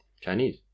Chinese